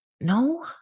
no